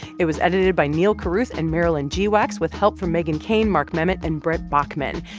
it was edited by neal carruth and marilyn geewax, with help from megan cain, mark memmott and brett bachman.